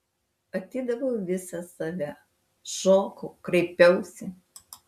atidaviau visą save šokau kraipiausi